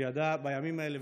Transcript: שידעה בימים האלה,